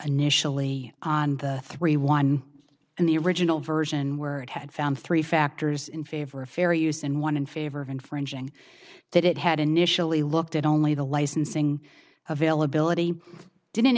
initially on the three one and the original version where it had found three factors in favor of fair use and one in favor of infringing that it had initially looked at only the licensing availability didn't